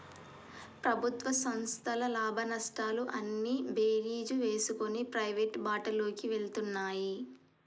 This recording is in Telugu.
ప్రభుత్వ సంస్థల లాభనష్టాలు అన్నీ బేరీజు వేసుకొని ప్రైవేటు బాటలోకి వెళ్తున్నాయి